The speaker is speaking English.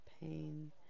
pain